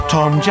Tom